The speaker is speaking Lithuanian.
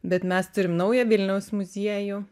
bet mes turim naują vilniaus muziejų